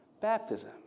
Baptism